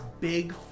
big